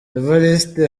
evariste